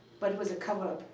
but it was a coverup.